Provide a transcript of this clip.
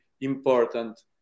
important